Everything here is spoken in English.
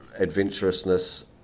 adventurousness